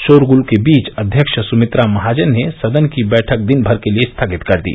शोरगुल के बीच अध्यक्ष सुमित्रा महाजन ने सदन की बैठक दिन भर के लिए स्थगित कर दी